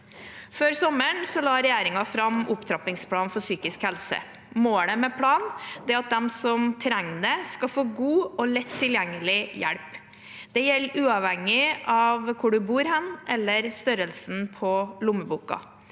Før sommeren la regjeringen fram en opptrappingsplan for psykisk helse. Målet med planen er at de som trenger det, skal få god og lett tilgjengelig hjelp. Det gjelder uavhengig av hvor en bor, eller størrelse på lommeboka.